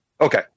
Okay